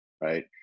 right